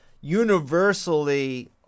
universally